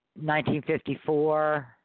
1954